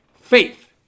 Faith